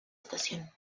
estación